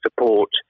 support